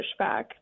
pushback